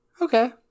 Okay